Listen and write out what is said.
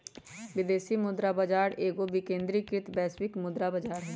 विदेशी मुद्रा बाजार एगो विकेंद्रीकृत वैश्विक मुद्रा बजार हइ